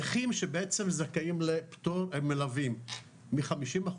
נכים שבעצם זכאים לפטור עם מלווים מ-50%,